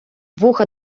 вуха